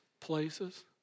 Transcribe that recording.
places